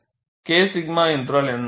K 𝛔 என்றால் என்ன